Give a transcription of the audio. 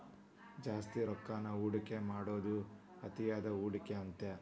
ಜಾಸ್ತಿ ರೊಕ್ಕಾನ ಹೂಡಿಕೆ ಮಾಡೋದ್ ಅತಿಯಾದ ಹೂಡಿಕೆ ಅಂತ